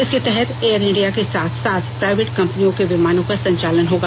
इसके तहत Air India के साथ साथ प्राइवेट कंपनियों के विमानों का संचालन होगा